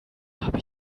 habe